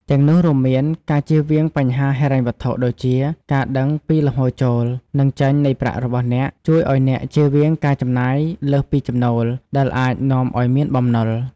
ទាំងនោះរួមមាន ការជៀសវាងបញ្ហាហិរញ្ញវត្ថុដូចជា ការដឹងពីលំហូរចូល និងចេញនៃប្រាក់របស់អ្នក ជួយឱ្យអ្នកជៀសវាងការចំណាយលើសពីចំណូល ដែលអាចនាំឱ្យមានបំណុល។